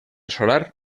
solar